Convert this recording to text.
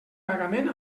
pagament